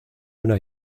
una